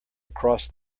across